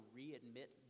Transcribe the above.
readmit